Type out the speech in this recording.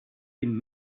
been